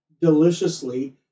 deliciously